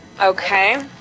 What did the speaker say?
okay